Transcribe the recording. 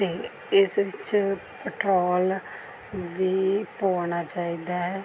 ਅਤੇ ਇਸ ਵਿੱਚ ਪਟਰੋਲ ਵੀ ਪੁਆਉਣਾ ਚਾਹੀਦਾ ਹੈ